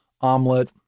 omelet